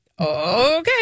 okay